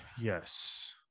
Yes